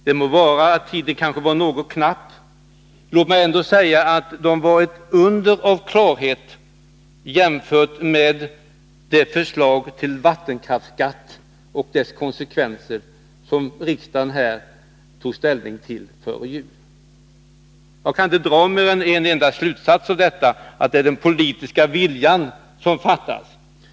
Det må vara att tiden kanske var något knapp — de var ändå ett under av klarhet jämfört med det förslag till vattenkraftsskatt och dess konsekvenser som riksdagen tog ställning till före jul. Jag kan av detta inte dra mer än en enda slutsats: Det är den politiska viljan som fattas.